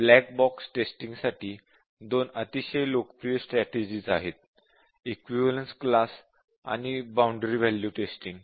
black box testing साठी दोन अतिशय लोकप्रिय स्ट्रॅटेजिज आहेत इक्विवलेन्स क्लास आणि बाउंडरी वॅल्यू टेस्टिंग